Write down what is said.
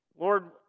Lord